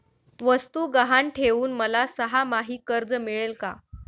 वस्तू गहाण ठेवून मला सहामाही कर्ज मिळेल का?